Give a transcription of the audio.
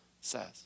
says